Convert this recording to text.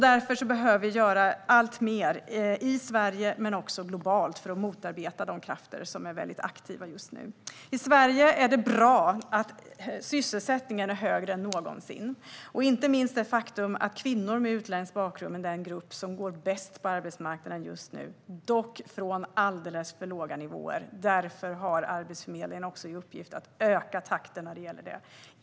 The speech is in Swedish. Därför behöver vi göra alltmer både i Sverige och globalt för att motarbeta de krafter som är aktiva just nu. I Sverige är det bra att sysselsättningen är högre än någonsin och inte minst det faktum att kvinnor med utländsk bakgrund är den grupp som går bäst på arbetsmarknaden just nu, även om ökningen sker från alldeles för låga nivåer. Därför har Arbetsförmedlingen också i uppdrag att öka takten när det gäller detta.